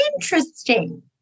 Interesting